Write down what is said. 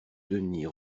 denys